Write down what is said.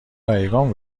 رایگان